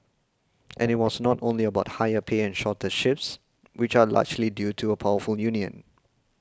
and it was not only about higher pay and shorter shifts which are largely due to a powerful union